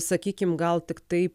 sakykim gal tiktai